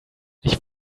ich